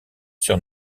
sur